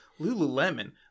Lululemon